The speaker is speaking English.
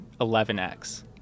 11x